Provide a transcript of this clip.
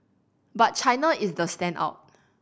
but China is the standout